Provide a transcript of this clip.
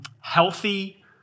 healthy